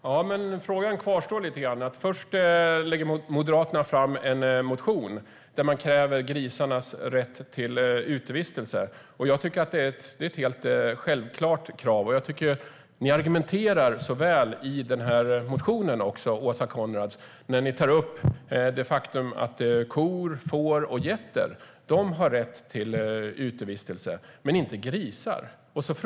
Herr talman! Frågan kvarstår. Först väcker Moderaterna en motion där man kräver rätt till utevistelse för grisar. Jag tycker att det är ett helt självklart krav. Ni argumenterar så väl i motionen också, Åsa Coenraads, när ni tar upp det faktum att kor, får och getter har rätt till utevistelse men att grisar inte har det.